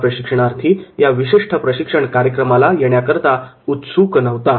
हा प्रशिक्षणार्थी या विशिष्ट प्रशिक्षण कार्यक्रमाला येण्याकरता उत्सुक नव्हता